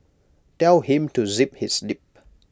tell him to zip his lip